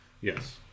Yes